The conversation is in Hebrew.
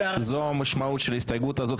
זו המשמעות של ההסתייגות הזאת,